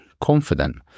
confident